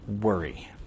worry